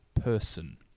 person